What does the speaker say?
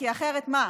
כי אחרת מה?